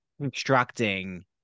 constructing